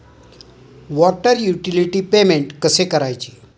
Water utility payment कसे करायचे?